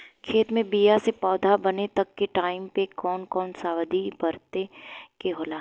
खेत मे बीया से पौधा बने तक के टाइम मे कौन कौन सावधानी बरते के होला?